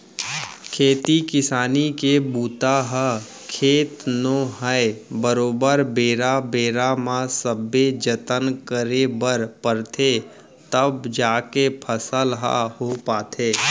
खेती किसानी के बूता ह खेत नो है बरोबर बेरा बेरा म सबे जतन करे बर परथे तव जाके फसल ह हो पाथे